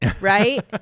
right